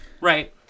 Right